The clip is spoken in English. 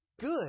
good